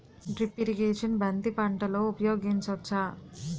Drip irrigation బంతి పంటలో ఊపయోగించచ్చ?